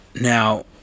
now